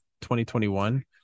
2021